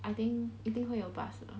I think 一定会有 bus 了